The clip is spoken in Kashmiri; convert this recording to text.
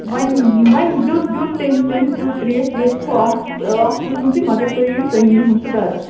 وۄنۍ وۄنۍ دیُت دیُت تٔمِس تٔمِس دیُت ترٛیش ویش سُہ تھو آفِسَس آفِسَس منٛزٕے مگر تُہۍ یِیِو تُہۍ نیٖہُن سُہ گَرٕ